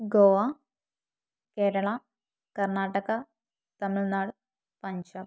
Goa Kerala Karnataka Tamil Nadu Punjab